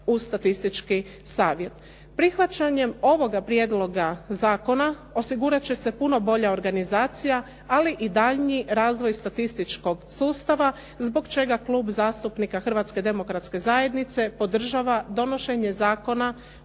u statistički savjet. Prihvaćanjem ovoga prijedloga zakona osigurati će se puno bolja organizacija, ali i daljnji razvoj statističkog sustava, zbog čega Klub zastupnika Hrvatske demokratske zajednice podržava donošenje Zakona